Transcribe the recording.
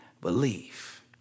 believe